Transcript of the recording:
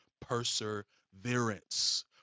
perseverance